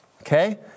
okay